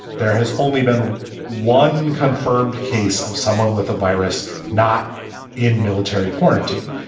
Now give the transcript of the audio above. there has only been one confirmed case of someone with a virus not in military quarantine.